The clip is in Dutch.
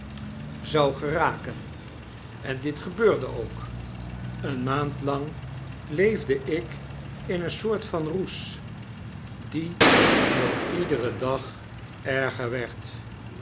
zou geraken en dit gebeurde ook een maand lang leefde ik in een soort van roes die met iederen dag erger werd